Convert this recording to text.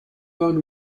long